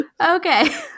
Okay